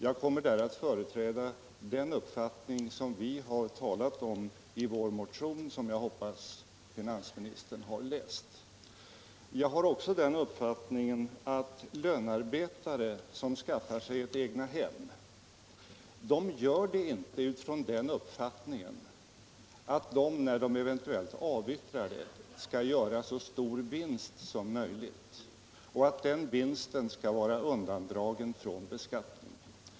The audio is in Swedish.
Jag kommer där att företräda den uppfattning som vi framfört i vår motion, som jag hoppas att finansministern har läst. Jag har också den uppfattningen att lönearbetare som skaffar sig ett egnahem inte gör det med tanke på att de när de eventuellt avyttrar det skall göra så stor vinst som möjligt och att den vinsten skall vara undandragen från beskattning.